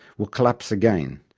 will collapse again,